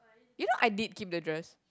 you know I did keep the dress